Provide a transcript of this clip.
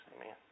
Amen